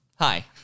Hi